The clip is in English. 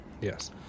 Yes